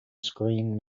screen